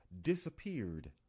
disappeared